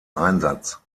einsatz